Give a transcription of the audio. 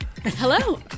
Hello